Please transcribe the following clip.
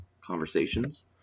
conversations